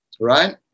right